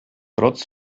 trotz